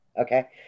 Okay